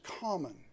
common